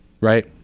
right